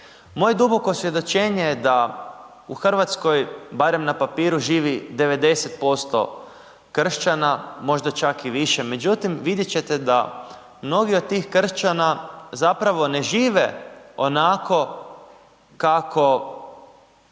Moje duboko svjedočenje je da u Hrvatskoj, barem na papiru živi 90% kršćana, možda čak i više, međutim vidjeti ćete da mnogi od tih kršćana zapravo ne žive onako kako